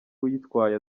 uyitwaye